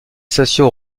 stations